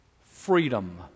freedom